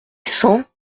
cents